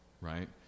right